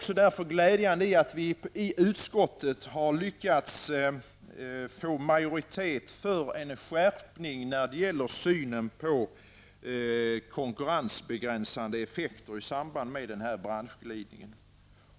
Det är därför glädjande att det har gått att få en majoritet i utskottet för en skärpning när det gäller synen på konkurrensbegränsande effekter i samband med den här branschglidningen.